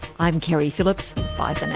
i'm keri phillips, bye but